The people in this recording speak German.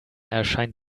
erscheint